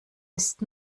ist